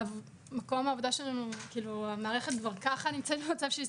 ומקום העבודה שלנו המערכת כבר ככה נמצאת במצב של הישרדות,